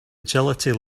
agility